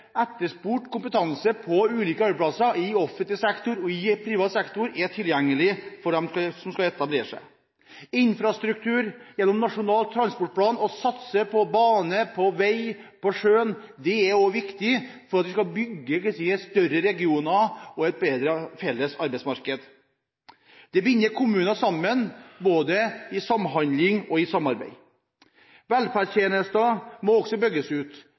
etterspurt kompetanse på ulike arbeidsplasser i offentlig og i privat sektor er tilgjengelig for dem som skal etablere seg. Når det gjelder infrastruktur, skal vi gjennom Nasjonal transportplan satse på bane, på vei og på sjøen. Det er også viktig for at vi skal bygge større regioner og et bedre felles arbeidsmarked. Det binder kommuner sammen, både i samhandling og i samarbeid. Velferdstjenester må også bygges ut.